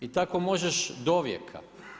I tako možeš dovijeka.